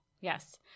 Yes